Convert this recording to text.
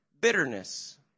bitterness